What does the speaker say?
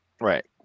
Right